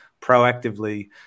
proactively